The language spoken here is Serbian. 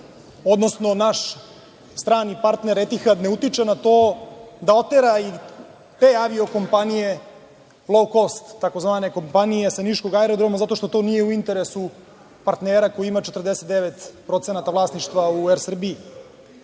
odnosno naš strani partner „Etihad“ ne utiče na to, da otera i te avio komapnije „Loukost“ tzv. kompanije sa niškog aerodroma zato što to nije u interesu partnera koji ima 49% vlasništva u „Er Srbiji“.Isto